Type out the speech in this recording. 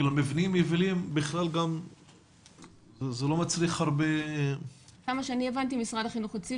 מבנים יבילים לא מצריך הרבה --- משרד החינוך,